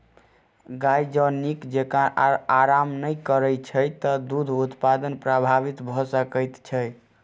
गाय जँ नीक जेँका आराम नै करैत छै त दूध उत्पादन प्रभावित भ सकैत छै